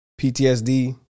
PTSD